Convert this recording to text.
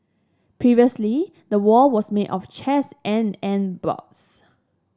previously the wall was made of chairs and and boards